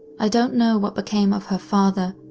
i don't know what became of her father,